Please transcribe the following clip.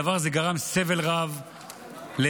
הדבר הזה גרם סבל רב לאזרחים,